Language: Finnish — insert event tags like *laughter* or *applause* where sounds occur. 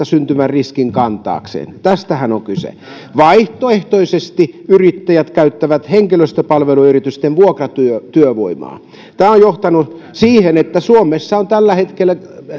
*unintelligible* syntyvän riskin kantaakseen tästähän on kyse vaihtoehtoisesti yrittäjät käyttävät henkilöstöpalveluyritysten vuokratyövoimaa tämä on johtanut siihen että suomessa on tällä hetkellä